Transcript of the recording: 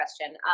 question